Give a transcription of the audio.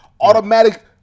automatic